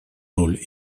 роль